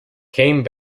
came